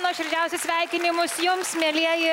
nuoširdžiausius sveikinimus jums mielieji